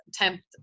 attempt